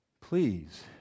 please